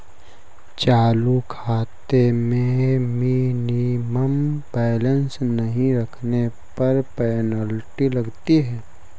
चालू खाते में मिनिमम बैलेंस नहीं रखने पर पेनल्टी लगती है